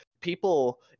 people